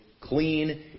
clean